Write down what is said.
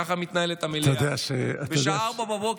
ככה מתנהלת המליאה בשעה 04:00,